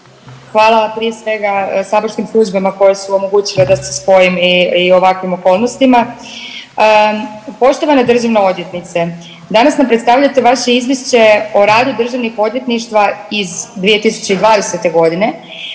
Hvala prije svega saborskim službama koje su omogućile da se spojim i u ovakvim okolnostima. Poštovana državna odvjetnice. Danas nam predstavljate vaše izvješće o radu državnih odvjetništva iz 2020.g.